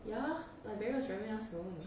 ya but barry was driving us home